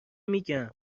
میگم